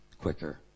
quicker